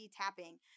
tapping